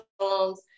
songs